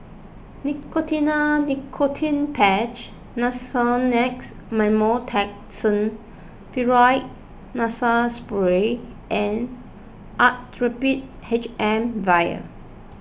Nicotinell Nicotine Patch Nasonex Mometasone Furoate Nasal Spray and Actrapid H M vial